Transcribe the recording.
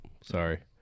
Sorry